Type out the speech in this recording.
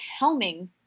helming